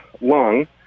lung